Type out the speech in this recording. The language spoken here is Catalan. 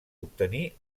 obtenir